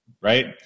right